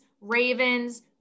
Ravens